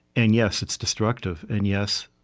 and yes, it's destructive. and yes,